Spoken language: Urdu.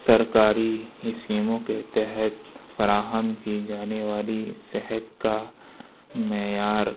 سرکاری اسکیموں کے تحت فراہم کی جانے والی صحت کا معیار